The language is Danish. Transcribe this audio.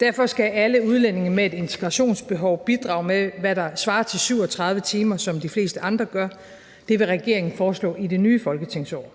Derfor skal alle udlændinge med et integrationsbehov bidrage med, hvad der svarer til 37 timer, som de fleste andre gør, og det vil regeringen foreslå i det nye folketingsår.